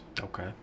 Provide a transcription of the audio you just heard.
okay